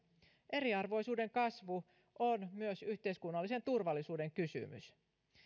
eriarvoisuuden kasvu on myös yhteiskunnallisen turvallisuuden kysymys